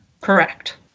Correct